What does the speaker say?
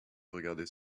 regarder